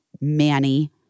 Manny